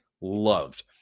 loved